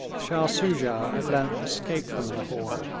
shah soojah at length escaped from lahore.